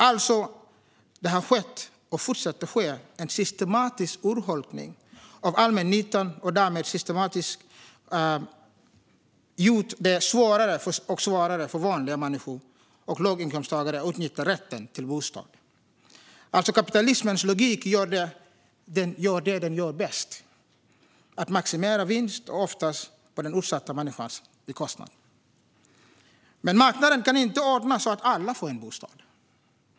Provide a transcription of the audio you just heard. Det har alltså skett och fortsätter ske en systematisk urholkning av allmännyttan som systematiskt gjort det svårare och svårare för vanliga människor och låginkomsttagare att utnyttja rätten till bostad. Kapitalismens logik gör det den gör bäst: maximerar vinsten, oftast på den utsatta människans bekostnad. Men marknaden kan inte ordna så att alla får en bostad.